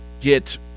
get